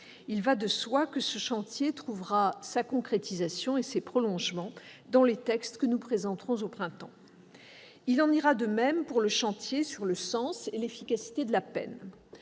Il va de soi que ce chantier trouvera sa concrétisation et ses prolongements dans les textes que nous présenterons au printemps. Il en ira de même pour le chantier sur le sens et l'efficacité de la peine.